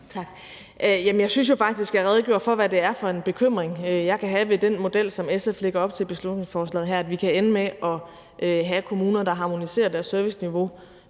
Jeg synes jo faktisk, at jeg redegjorde for, hvad det er for en bekymring, jeg kan have ved den model, som SF lægger op til i beslutningsforslaget her, nemlig at vi kan ende med at have kommuner, der harmoniserer deres serviceniveau